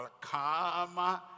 come